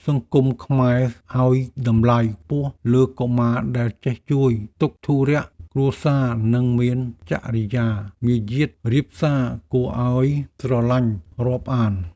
សង្គមខ្មែរឱ្យតម្លៃខ្ពស់លើកុមារដែលចេះជួយទុក្ខធុរៈគ្រួសារនិងមានចរិយាមារយាទរាបសារគួរឱ្យស្រឡាញ់រាប់អាន។